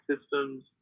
systems